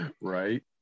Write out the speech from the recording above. Right